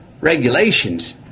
regulations